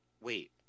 wait